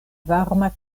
varma